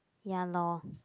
ya lor